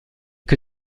que